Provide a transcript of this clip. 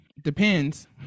Depends